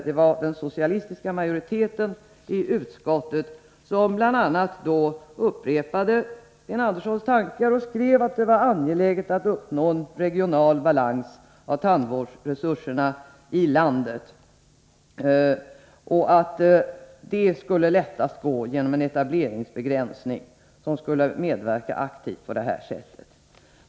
Det var den socialistiska majoriteten i utskottet som då upprepade Sten Anderssons tankar och skrev att det var angeläget att uppnå en regional balans i fråga om tandvårdsresurserna i landet och att detta skulle underlättas genom en etableringsbegränsning.